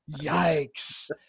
Yikes